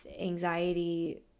anxiety